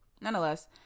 Nonetheless